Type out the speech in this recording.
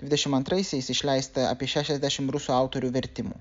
dvidešim antraisiais išleista apie šešiasdešim rusų autorių vertimų